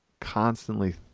constantly